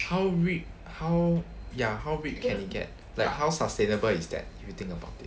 how rip how ya ripped can it get like how sustainable is that if you think about it